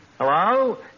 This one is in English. Hello